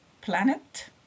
planet